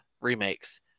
remakes